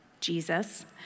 Jesus